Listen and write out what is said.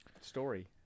story